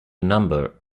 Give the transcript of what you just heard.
number